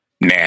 Nah